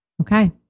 Okay